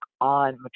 on